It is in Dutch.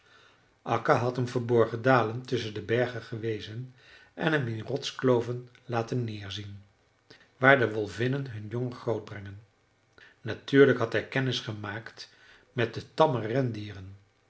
akka had hem verborgen dalen tusschen de bergen gewezen en hem in rotskloven laten neerzien waar de wolvinnen hun jongen grootbrengen natuurlijk had hij kennis gemaakt met de tamme rendieren